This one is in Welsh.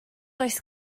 does